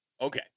Okay